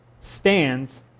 stands